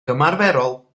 ymarferol